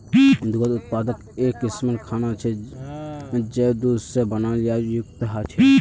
दुग्ध उत्पाद एक किस्मेर खाना छे जये दूध से बनाल या युक्त ह छे